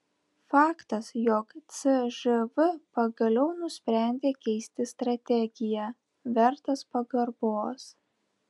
faktas jog cžv pagaliau nusprendė keisti strategiją vertas pagarbos